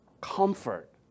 Comfort